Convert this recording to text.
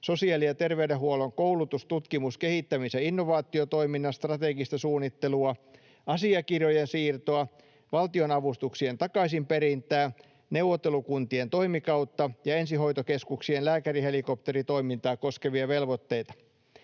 sosiaali- ja terveydenhuollon koulutus-, tutkimus-, kehittämis- ja innovaatiotoiminnan strategista suunnittelua, asiakirjojen siirtoa, valtionavustuksien takaisinperintää, neuvottelukuntien toimikautta ja ensihoitokeskuksien lääkärihelikopteritoimintaa koskevia velvoitteita.